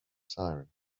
siren